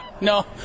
No